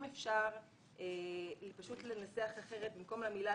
אם אפשר לנסח אחרת ובמקום המילה